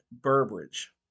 Burbridge